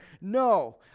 No